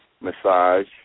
massage